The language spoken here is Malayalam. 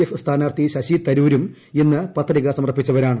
എഫ് സ്ഥാനാർഥി ശശി തരൂരും ഇന്ന് പത്രിക സമർപ്പിച്ചവരാണ്